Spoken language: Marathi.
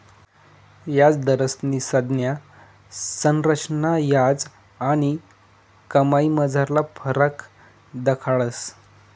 याजदरस्नी संज्ञा संरचना याज आणि कमाईमझारला फरक दखाडस